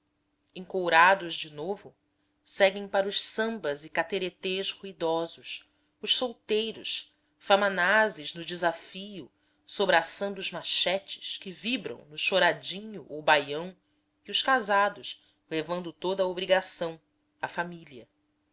costumeiros encourados de novo seguem para os sambas e cateretês ruidosos os solteiros famanazes no desafio sobraçando os machetes que vibram no choradinho ou baião e os casados levando toda a obrigação a família